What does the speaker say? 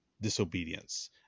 disobedience